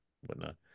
whatnot